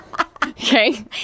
Okay